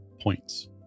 points